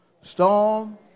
storm